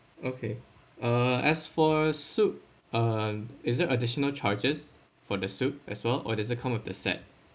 okay uh as for soup um is it additional charges for the soup as well or does it come with the set